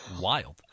wild